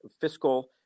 fiscal